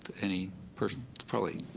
any person probably